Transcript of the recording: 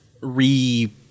re